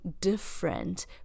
different